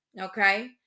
Okay